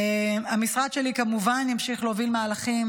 המשרד שלי, כמובן, ימשיך להוביל מהלכים